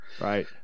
Right